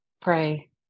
pray